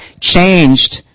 changed